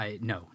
no